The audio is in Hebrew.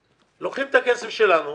לוקחים את הכסף שלנו,